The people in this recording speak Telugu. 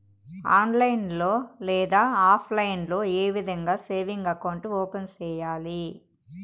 ఆన్లైన్ లో లేదా ఆప్లైన్ లో ఏ విధంగా సేవింగ్ అకౌంట్ ఓపెన్ సేయాలి